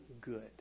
good